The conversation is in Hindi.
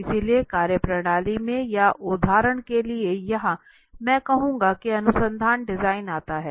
इसलिए कार्यप्रणाली में या उदाहरण के लिए यहाँ मैं कहूंगा कि अनुसंधान डिजाइन आता है